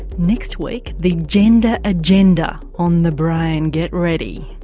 next week the gender agenda on the brain. get ready